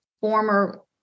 former